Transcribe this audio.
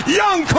young